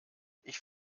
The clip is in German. ich